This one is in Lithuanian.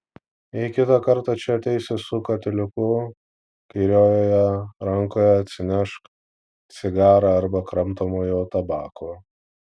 jei kitą kartą čia ateisi su katiliuku kairiojoje rankoje atsinešk cigarą arba kramtomojo tabako